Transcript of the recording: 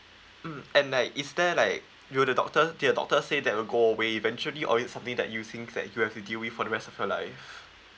mm and like is there like will the doctor did the doctor say that will go way eventually or it's something that you think that you have to deal with for the rest of your life